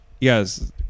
Yes